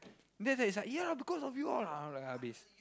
then it's like it's ya because of you all ah i'm like habis